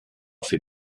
fait